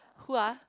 who ah